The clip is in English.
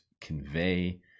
convey